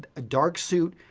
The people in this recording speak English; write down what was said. ah a dark suit,